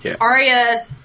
Arya